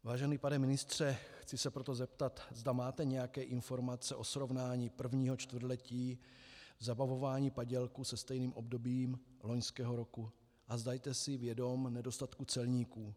Vážený pane ministře, chci se proto zeptat, zda máte nějaké informace o srovnání prvního čtvrtletí v zabavování padělků se stejným obdobím loňského roku a zda jste si vědom nedostatku celníků.